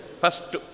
first